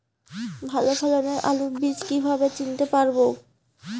ভালো ফলনের আলু বীজ কীভাবে চিনতে পারবো?